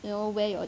you know wear your